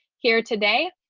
here today,